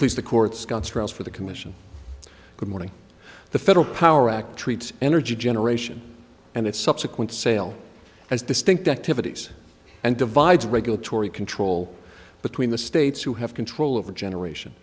please the court scott's trials for the commission good morning the federal power act treats energy generation and its subsequent sale as distinct activities and divides regulatory control between the states who have control over generation